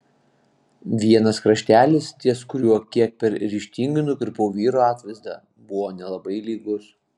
vienas kraštelis ties kuriuo kiek per ryžtingai nukirpau vyro atvaizdą buvo nelabai lygus